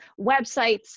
websites